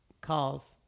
calls